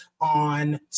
on